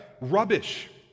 rubbish